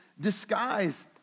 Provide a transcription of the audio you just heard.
disguise